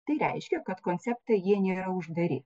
tai reiškia kad konceptai jie nėra uždari